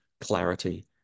clarity